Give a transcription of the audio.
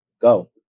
go